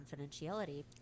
confidentiality